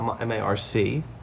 M-A-R-C